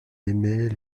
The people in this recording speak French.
aimait